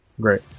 Great